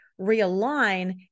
realign